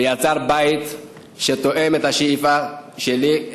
שיצר בית שתואם את השאיפה שלי,